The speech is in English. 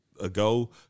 ago